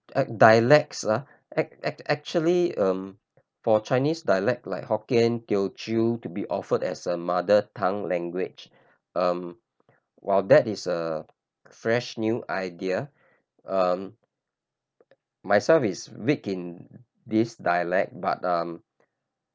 uh dialects ah act~ act~ actually um for Chinese dialects like Hokkien Teochew to be offered as a mother tongue language um while that is a fresh new idea um myself is weak in this dialect but um